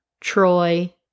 Troy